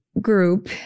group